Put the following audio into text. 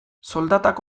soldatak